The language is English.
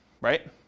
right